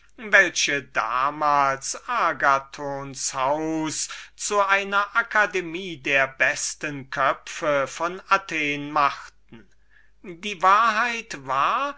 welche damals aus agathons haus einen tempel der musen und eine akademie der besten köpfe von athen machten die wahrheit war